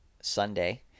Sunday –